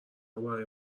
برای